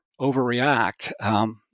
overreact